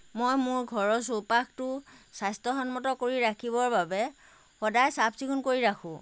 মই মোৰ ঘৰৰ চৌপাশটো স্বাস্থ্যসন্মত কৰি ৰাখিবৰ বাবে সদায় চাফ চিকুণ কৰি ৰাখোঁ